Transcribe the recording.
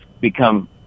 become